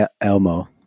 Elmo